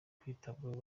kwitabwaho